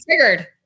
triggered